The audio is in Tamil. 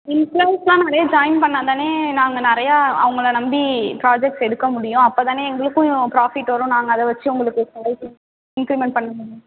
எம்பிளாயீஸ்லாம் நிறைய ஜாய்ன் பண்ணால் தானே நாங்கள் நிறையா அவங்கள நம்பி ப்ராஜக்ட்ஸ் எடுக்க முடியும் அப்போ தானே எங்களுக்கும் ப்ராஃபிட் வரும் நாங்கள் அதை வெச்சு உங்களுக்கு சேலரி இன்க்ரிமன்ட் பண்ண முடியும்